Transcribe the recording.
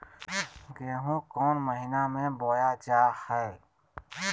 गेहूँ कौन महीना में बोया जा हाय?